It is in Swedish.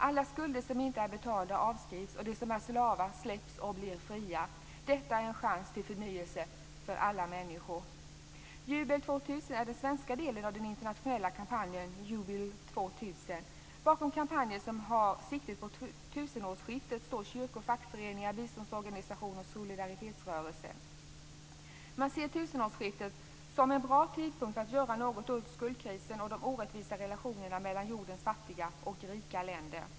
Alla skulder som inte är betalda avskrivs, och de som är slavar släpps och blir fria. Detta är en chans till förnyelse för alla människor." Jubel 2000 är den svenska delen av den internationella kampanjen Jubilee 2000. Bakom kampanjen, som har siktet inställt på tusenårsskiftet, står kyrkor, fackföreningar, biståndsorganisationer och solidaritetsrörelser. Man ser tusenårsskiftet som en bra tidpunkt för att göra något åt skuldkrisen och de orättvisa relationerna mellan jordens fattiga och rika länder.